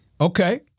Okay